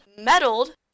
meddled